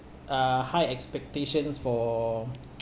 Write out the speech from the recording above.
uh high expectations for